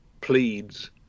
pleads